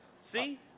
See